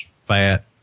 FAT